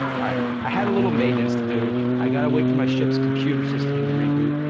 alright. i had a little maintenance to do. i gotta wait from my ship's computer system to reboot.